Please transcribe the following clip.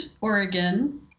Oregon